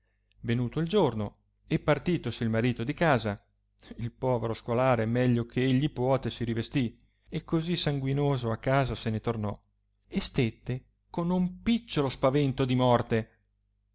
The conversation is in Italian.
venuto il giorno e partitosi il marito di casa il povero scolare meglio che egli puote si rivestì e così sanguinoso a casa se ne tornò e stette con non picciolo spavento di morte